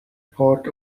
part